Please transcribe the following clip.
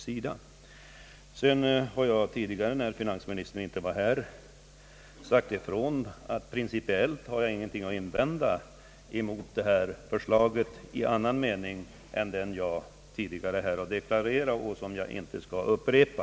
Jag har i ett tidigare anförande — när finansministern inte var närvarande i kammaren sagt att jag principielit inte har någonting att invända mot förslaget i annan mening än den jag tidigare har deklarerat och som jag inte skall upprepa.